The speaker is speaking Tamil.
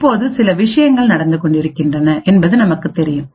இப்போது சில விஷயங்கள் நடந்து கொண்டிருக்கின்றன என்பது நமக்கு தெரியும்